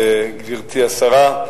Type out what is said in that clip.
גברתי השרה,